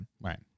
Right